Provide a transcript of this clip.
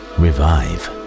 revive